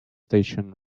station